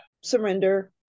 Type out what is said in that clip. surrender